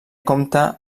compta